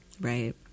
Right